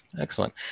Excellent